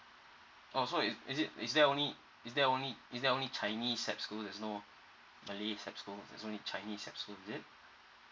oh so it is it is there only is there only is there only chinese S_A_P school there's no Malay S_A_P school thre's only chinese S_A_P school is it